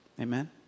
amen